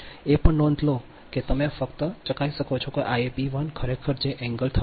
એ પણ નોંધ લો કે તમે ફક્ત ચકાસી શકો છો કે Iab1 ખરેખર જે 30 ° છે